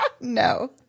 No